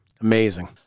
Amazing